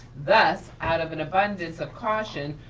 thus, out of an abundance of caution,